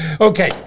Okay